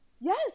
Yes